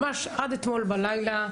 ממש עד אתמול בלילה,